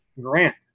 Grant